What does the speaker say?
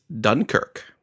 Dunkirk